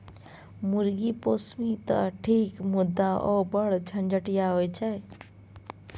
मुर्गी पोसभी तँ ठीक मुदा ओ बढ़ झंझटिया होए छै